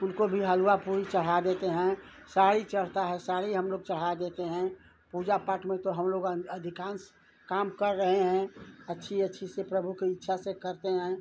उनको भी हलुआ पूड़ी चढ़ा देते हैं साड़ी चढ़ता है साड़ी हम लोग साड़ी चढ़ा देते हैं पूजा पाठ में तो हम लोग अधिकांश काम कर रहे हैं अच्छी अच्छी से प्रभु की इच्छा से करते हैं